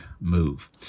move